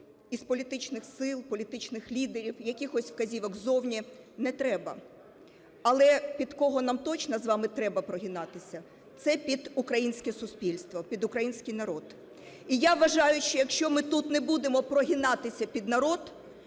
із політичних сил, політичних лідерів, якихось вказівок ззовні не треба. Але під кого нам точно з вами треба прогинатися, це під українське суспільство, під український народ. І я вважаю, що якщо ми тут не будемо прогинатися під народ,